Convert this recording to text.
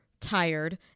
tired